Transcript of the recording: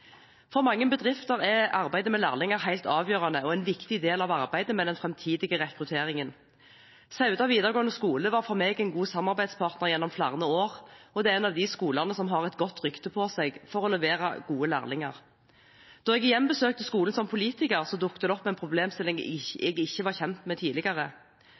For mange bedrifter er arbeidet med lærlinger helt avgjørende og en viktig del av arbeidet med den framtidige rekrutteringen. Sauda vidaregåande skule var for meg en god samarbeidspartner gjennom flere år, og det er en av skolene som har et godt rykte på seg med hensyn til å levere gode lærlinger. Da jeg igjen besøkte skolen som politiker, dukket det opp en problemstilling jeg tidligere ikke var kjent med.